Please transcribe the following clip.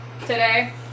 today